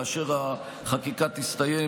כאשר החקיקה תסתיים,